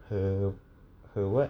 her her what